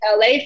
la